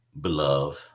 beloved